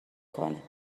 کنه